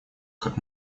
как